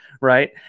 right